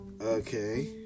Okay